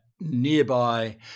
nearby